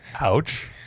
Ouch